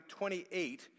28